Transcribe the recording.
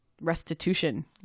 restitution